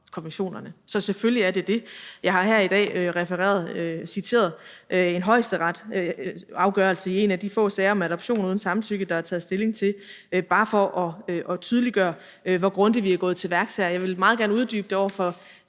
konventionerne. Så selvfølgelig er det det. Jeg har her i dag citeret en højesteretsafgørelse i en af de få sager om adoption uden samtykke, der er taget stilling til, bare for at tydeliggøre, hvor grundigt vi er gået til værks her. Jeg vil meget gerne uddybe det over for